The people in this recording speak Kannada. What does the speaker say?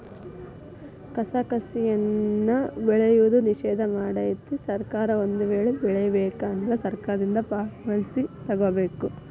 ಕಸಕಸಿಯನ್ನಾ ಬೆಳೆಯುವುದು ನಿಷೇಧ ಮಾಡೆತಿ ಸರ್ಕಾರ ಒಂದ ವೇಳೆ ಬೆಳಿಬೇಕ ಅಂದ್ರ ಸರ್ಕಾರದಿಂದ ಪರ್ವಾಣಿಕಿ ತೊಗೊಬೇಕ